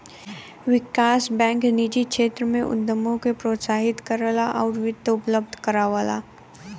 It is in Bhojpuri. विकास बैंक निजी क्षेत्र में उद्यमों के प्रोत्साहित करला आउर वित्त उपलब्ध करावला